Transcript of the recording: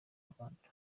rwanda